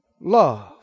love